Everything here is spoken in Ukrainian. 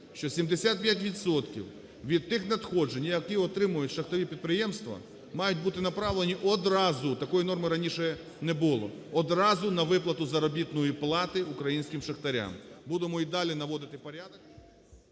що 75 відсотків від тих надходжень, які отримують шахтові підприємства, мають бути направлені одразу, такої норми раніше не було, одразу на виплату заробітної плати українським шахтарям. Будемо і далі наводити порядок.